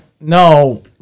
no